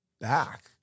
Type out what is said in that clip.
back